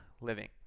living